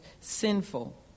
sinful